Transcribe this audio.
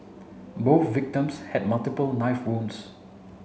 both victims had multiple knife wounds